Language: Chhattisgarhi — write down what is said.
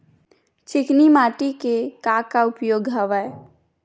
चिकनी माटी के का का उपयोग हवय?